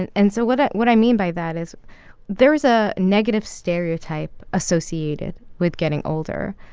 and and so what ah what i mean by that is there is a negative stereotype associated with getting older.